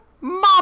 mom